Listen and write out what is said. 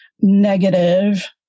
negative